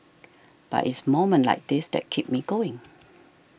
but it's moments like this that keep me going